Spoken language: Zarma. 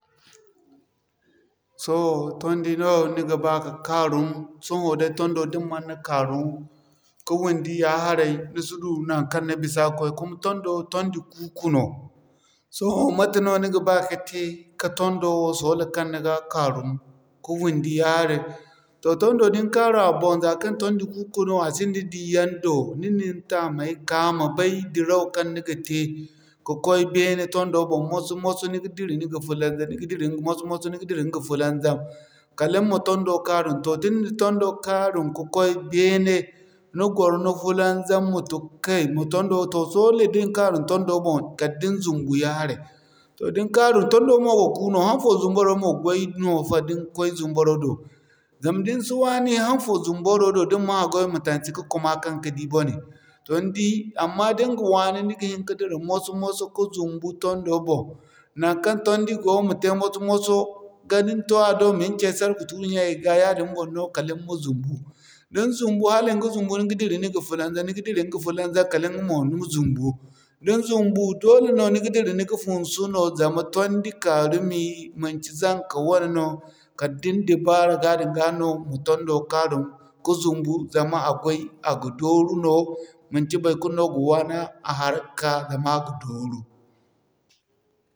Sohõ tondi no ni ga ba ka kaarum, sohõ da tondo din man'na kaaru ka windi ya harai ni si du naŋkaŋ ni bisa koy kuma tondo tondi kuuku no. Sohõ mate no ni ga ba ka te ka tondo wo sola kaŋ ni ga kaaru ka windi ya harai? Toh tondo din kaaru a boŋ za kaŋ tondi kuuku no a sinda di yaŋ do, din nin taamey ka ma bay dirau kan ni ga te ka'koy beene tondo boŋ moso-moso ni ga dira ni ga fulanzam ni ga dira ni ga moso-moso ni ga dira ni ga fulanzam kala ni ma tondo kaarum. Da ni na tondo kaarum ka'koy beene ni gwaro ni fulanzam ma tun Kay toh so da ni kaarum tondo boŋ kaldai ni zumbu ya harai. Toh din kaarum, tondo mo ga kuu no hanfo zumbuyaŋ mo gway no fa din kway zumbuyaŋ do zama din si waani haŋfo zumbuyaŋ do gway no. Din man hagway ma tansi ka'kaŋ ka di boney toh ni di amma diŋga waani ka dira moso-moso ka zumbu tondo boŋ naŋkaŋ tondi go ma te moso-moso ga din to a do min cay sarku tuuri ɲya ɲyay ga yaadin boŋ no kala ni ma zumbu. Din zumbu hala ni ga zumbu ni ga dira ni ga fulanzam ni ga dira ni ga fulanzam kala nga mo ni ma zumbu. Din zumbu dole no ni ga dira ni ga funsu no zama tondi kaarumi, manci zaŋka wane no kala din dubara ga din ga no ga tondo kaarum ka zumbu zama a gway a ga dooru no manci haykulu no ga waani a haraka, zama a ga dooru no.